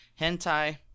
hentai